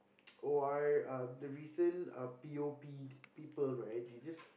O R uh the recent P_O_P people right they just